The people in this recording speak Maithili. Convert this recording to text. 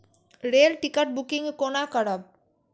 रेल टिकट बुकिंग कोना करब?